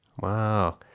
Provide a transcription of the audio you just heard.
Wow